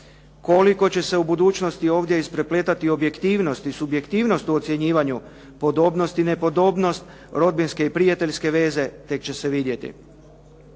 Koliko će se u budućnosti ovdje isprepletati objektivnost i subjektivnost u ocjenjivanju podobnost i nepodobnost, rodbinske i prijateljske veze tek će se vidjeti.